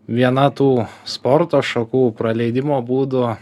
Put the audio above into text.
viena tų sporto šakų praleidimo būdų